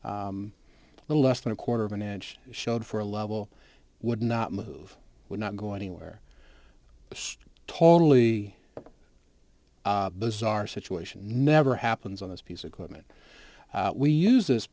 little less than a quarter of an inch showed for a level would not move would not go anywhere totally bizarre situation never happens on this piece of equipment we use this